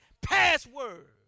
password